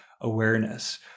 awareness